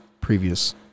previous